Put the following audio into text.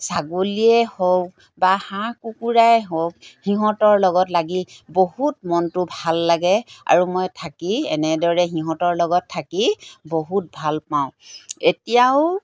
ছাগলীয়ে হওক বা হাঁহ কুকুৰাই হওক সিহঁতৰ লগত লাগি বহুত মনটো ভাল লাগে আৰু মই থাকি এনেদৰে সিহঁতৰ লগত থাকি বহুত ভালপাওঁ এতিয়াও